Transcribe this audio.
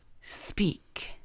Speak